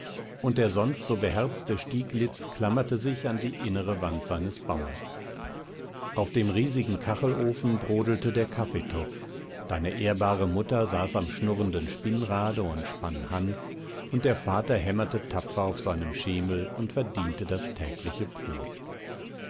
und der sonst so beherzte stieglitz klammerte sich an die innere wand seines bauers auf dem riesigen kachelofen brodelte der kaffeetopf deine ehrbare mutter saß am schnurrenden spinnrade und spann hanf und der vater hämmerte tapfer auf seinem schemel und verdiente das tägliche brot